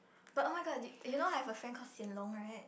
but oh-my-god you you know I have a friend called Hsien-Loong right